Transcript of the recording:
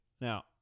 Now